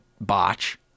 botch